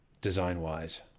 design-wise